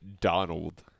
Donald